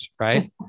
Right